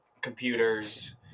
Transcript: computers